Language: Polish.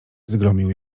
zgromił